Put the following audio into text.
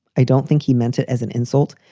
i don't think he meant it as an insult.